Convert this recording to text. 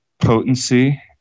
potency